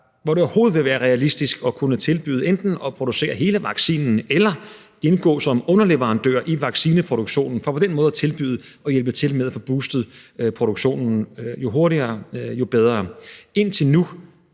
hvor det overhovedet vil være realistisk at kunne tilbyde enten at producere hele vaccinen eller indgå som underleverandør i vaccineproduktionen for på den måde at tilbyde at hjælpe til med at få boostet produktionen, og jo hurtigere, jo bedre. Indtil nu